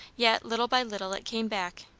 yet little by little it came back,